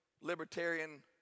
Libertarian